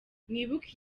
mwibuke